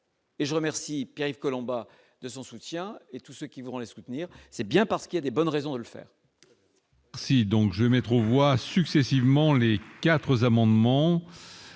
Et je remercie Pierre-Yves Collombat de son soutien et tous ceux qui vont les soutenir, c'est bien parce qu'il y a des bonnes raisons de le faire.